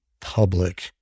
public